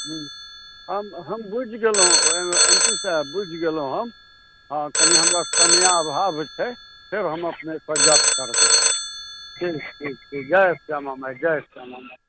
ह्म्म हम हम बुझि गेलहुँ एम पी साहब बुझि गेलहुँ हम कनि हमरा समयाभाव छै फेर हम अपनेसँ गप्प करबै ठीक ठीक ठीक जय श्याम माइ जय श्यामा माइ